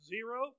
Zero